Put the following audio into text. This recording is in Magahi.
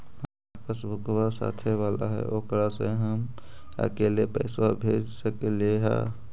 हमार पासबुकवा साथे वाला है ओकरा से हम अकेले पैसावा भेज सकलेहा?